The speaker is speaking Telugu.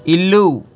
ఇల్లు